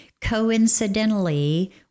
Coincidentally